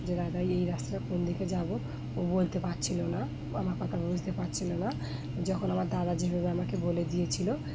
যে দাদা এই রাস্তাটা কোন দিকে যাবো ও বলতে পারছিল না আমার কথা বুঝতে পারছিল না যখন আমার দাদা যেভাবে আমাকে বলে দিয়েছিলো